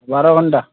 ବାର ଘଣ୍ଟା